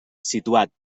situat